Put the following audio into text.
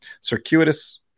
circuitous